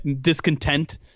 discontent